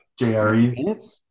JREs